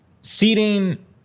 seating